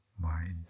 mind